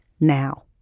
now